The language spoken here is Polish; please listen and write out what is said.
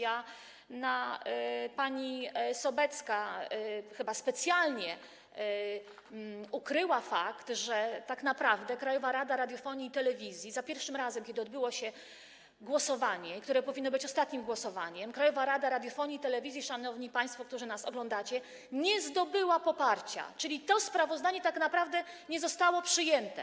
Pani Sobecka chyba specjalnie ukryła fakt, że tak naprawdę Krajowa Rada Radiofonii i Telewizji za pierwszym razem, kiedy odbyło się głosowanie, które powinno być ostatnim głosowaniem, szanowni państwo, którzy nas oglądacie, nie zdobyła poparcia, czyli to sprawozdanie tak naprawdę nie zostało przyjęte.